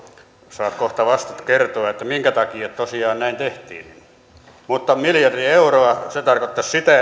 saat kohta vastata kertoa minkä takia tosiaan näin tehtiin mutta miljardi euroa se tarkoittaisi sitä